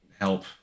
help